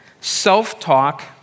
self-talk